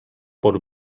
por